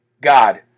God